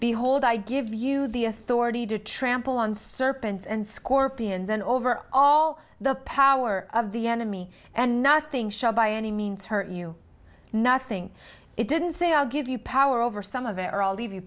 behold i give you the authority to trample on serpents and scorpions and over all the power of the enemy and nothing shall by any means hurt you nothing it didn't say i'll give you power over some of it or leave you